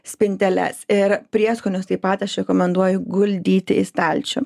spinteles ir prieskonius taip pat aš rekomenduoju guldyti į stalčių